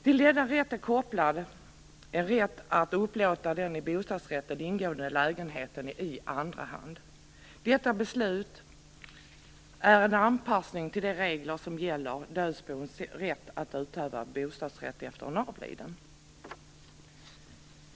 Till denna rätt är kopplad en rätt att upplåta den i bostadsrätten ingående lägenheten i andra hand. Detta beslut är en anpassning till de regler som gäller dödsboens rätt att utöva bostadsrätt efter en avliden.